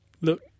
look